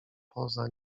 poza